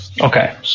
Okay